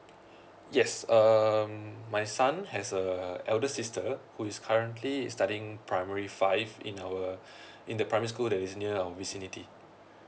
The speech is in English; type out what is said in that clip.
yes um my son has a elder sister who is currently studying primary five in our in the primary school that is near our vicinity